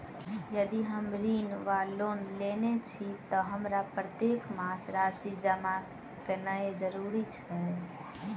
यदि हम ऋण वा लोन लेने छी तऽ हमरा प्रत्येक मास राशि जमा केनैय जरूरी छै?